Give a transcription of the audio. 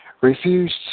refused